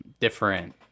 different